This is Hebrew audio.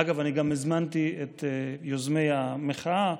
אגב, גם הזמנתי את יוזמי המחאה.